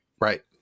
Right